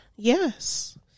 Yes